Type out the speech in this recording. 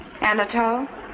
Anatole